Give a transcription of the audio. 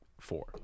four